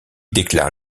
déclare